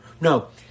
No